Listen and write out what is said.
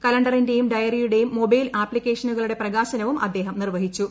കലണ്ടറിന്റെയും ഡയറിയുടെയും മൊബൈൽ ആപ്പിക്കേഷനുകളുടെ പ്രകാശനവും അദ്ദേഹം നിർവ്വഹിച്ചു